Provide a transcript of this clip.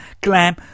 glam